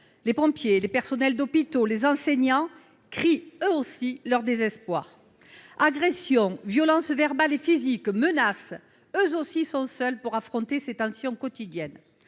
les pompiers, les personnels des hôpitaux, les enseignants crient eux aussi leur désespoir. Agressions, violences verbales et physiques, menaces, eux aussi sont seuls pour affronter ces tensions quotidiennes.